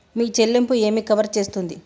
మీ చెల్లింపు ఏమి కవర్ చేస్తుంది?